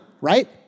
right